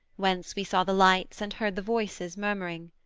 whence we saw the lights and heard the voices murmuring.